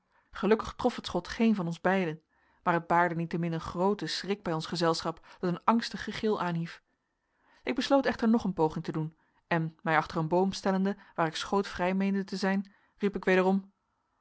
gelukkig trof het schot geen van ons beiden maar het baarde niettemin een grooten schrik bij ons gezelschap dat een angstig gegil aanhief ik besloot echter nog eene poging te doen en mij achter een boom stellende waar ik schootvrij meende te zijn riep ik wederom